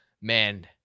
man